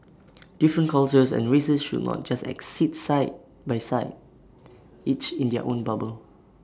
different cultures and races should not just exist side by side each in their own bubble